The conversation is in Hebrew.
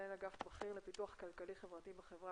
מנהל אגף בכיר לפיתוח כלכלי חברתי בחברה